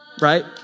right